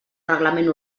reglament